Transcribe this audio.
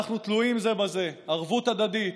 אנחנו תלויים זה בזה, ערבות הדדית,